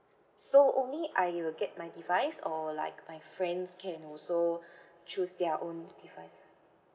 so only I will get my device or like my friends can also choose their own devices